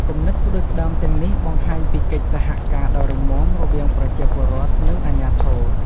គំនិតផ្តួចផ្តើមទាំងនេះបង្ហាញពីកិច្ចសហការដ៏រឹងមាំរវាងប្រជាពលរដ្ឋ និងអាជ្ញាធរ។